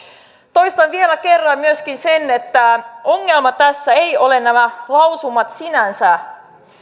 toistan vielä kerran myöskin sen että ongelma tässä ei ole nämä lausumat sinänsä